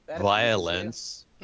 Violence